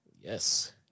Yes